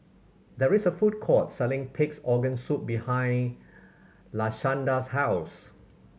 there is a food court selling Pig's Organ Soup behind Lashanda's house